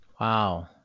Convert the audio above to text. Wow